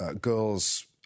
girls